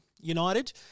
United